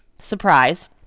surprise